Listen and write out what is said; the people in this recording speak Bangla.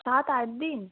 সাত আট দিন